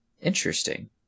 Interesting